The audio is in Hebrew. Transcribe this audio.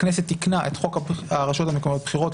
הכנסת תיקנה את חוק הרשויות המקומיות (בחירות),